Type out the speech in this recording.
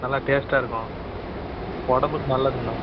நல்லா டேஸ்ட்டாக இருக்கும் உடம்புக்கு நல்லதுங்கண்ணா